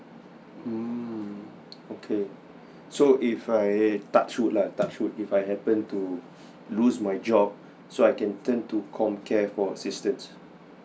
mm okay so if I touch wood lah touch wood if I happen to lose my job so I can turn to com care for assistance